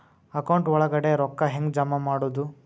Account ಒಳಗಡೆ ರೊಕ್ಕ ಹೆಂಗ್ ಜಮಾ ಮಾಡುದು?